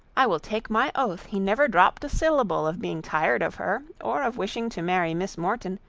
i will take my oath he never dropt a syllable of being tired of her, or of wishing to marry miss morton,